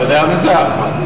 אתה יודע את זה, אחמד?